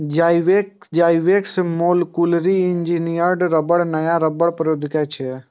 Zyvex molecularly engineered रबड़ नया रबड़ प्रौद्योगिकी छियै